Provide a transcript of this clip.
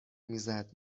میزد